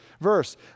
verse